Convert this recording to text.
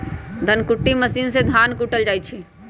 धन कुट्टी मशीन से धान कुटल जाइ छइ